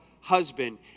husband